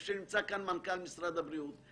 נמצא כאן גם מנכ"ל משרד הבריאות.